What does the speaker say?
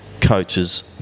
Coaches